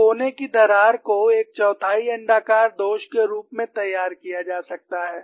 एक कोने की दरार को एक चौथाई अण्डाकार दोष के रूप में तैयार किया जा सकता है